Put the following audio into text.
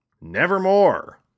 Nevermore